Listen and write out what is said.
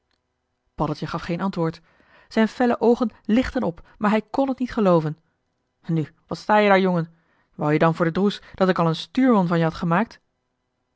paddeltje gaf geen antwoord zijn felle oogen lichtten op maar hij kn het niet gelooven nu wat sta je daar jongen wou je dan voor den droes dat ik al een stuurman van je had gemaakt